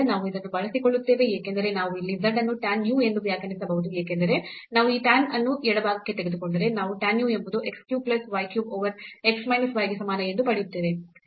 ನಾವು ಇದನ್ನು ಬಳಸಿಕೊಳ್ಳುತ್ತೇವೆ ಏಕೆಂದರೆ ನಾವು ಇಲ್ಲಿ z ಅನ್ನು tan u ಎಂದು ವ್ಯಾಖ್ಯಾನಿಸಬಹುದು ಏಕೆಂದರೆ ನಾವು ಈ tan ಅನ್ನು ಎಡಭಾಗಕ್ಕೆ ತೆಗೆದುಕೊಂಡರೆ ನಾವು tan u ಎಂಬುದು x cube plus y cube over x minus y ಗೆ ಸಮಾನ ಎಂದು ಪಡೆಯುತ್ತೇವೆ